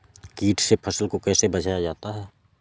कीट से फसल को कैसे बचाया जाता हैं?